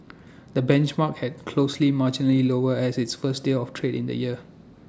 the benchmark had closely marginally lower at its first day of trade in the year